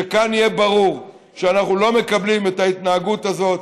שכאן יהיה ברור שאנחנו לא מקבלים את ההתנהגות הזאת.